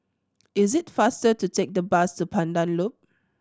is it faster to take the bus to Pandan Loop